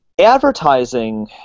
advertising